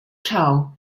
child